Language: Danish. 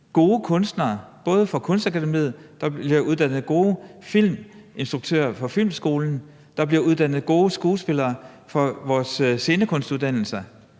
gode kunstnere fra Kunstakademiet, der bliver uddannet gode filminstruktører fra Filmskolen, der bliver uddannet gode skuespillere fra vores scenekunstuddannelser.